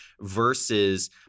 versus